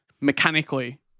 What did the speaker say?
mechanically